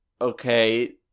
okay